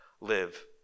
live